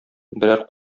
берәр